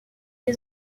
des